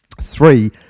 Three